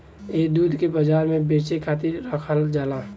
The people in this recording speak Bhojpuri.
ए दूध के बाजार में बेचे खातिर राखल जाला